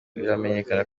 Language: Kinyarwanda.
biramenyekana